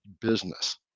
business